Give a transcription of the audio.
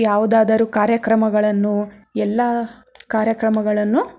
ಯಾವುದಾದರೂ ಕಾರ್ಯಕ್ರಮಗಳನ್ನು ಎಲ್ಲ ಕಾರ್ಯಕ್ರಮಗಳನ್ನು